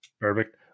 Perfect